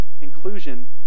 Inclusion